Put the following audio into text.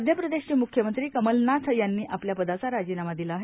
मध्यप्रदेशचे मुख्यमंत्री कमलनाथ यांनी आपल्या पदाचा राजीनामा दिला आहे